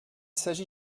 s’agit